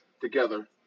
together